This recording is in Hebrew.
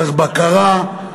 צריך בקרה,